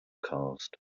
caused